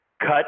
cut